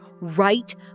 right